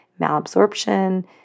malabsorption